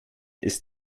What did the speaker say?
ist